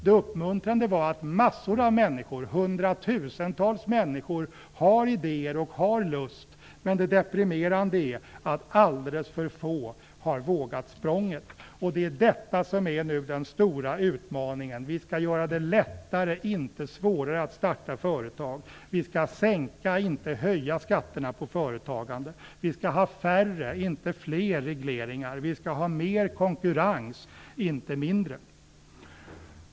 Det uppmuntrande är att hundratusentals människor har idéer och lust att starta eget. Det deprimerande är att alldeles för få har vågat språnget. Det är detta som är den stora utmaningen. Vi skall göra det lättare, inte svårare, att starta företag. Vi skall sänka, inte höja skatterna på företagande. Vi skall ha färre, inte fler, regleringar. Vi skall ha mer konkurrens, inte mindre.